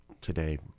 Today